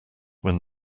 when